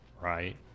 right